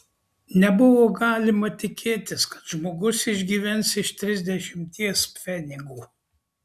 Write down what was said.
nebuvo galima tikėtis kad žmogus išgyvens iš trisdešimties pfenigų